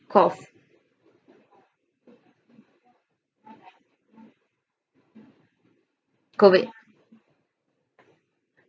cough COVID